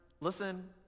Listen